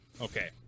Okay